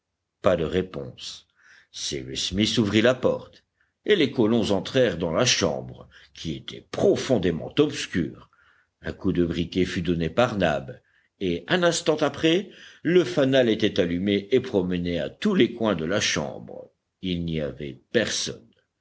pas de réponse cyrus smith ouvrit la porte et les colons entrèrent dans la chambre qui était profondément obscure un coup de briquet fut donné par nab et un instant après le fanal était allumé et promené à tous les coins de la chambre il n'y avait personne